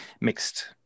mixed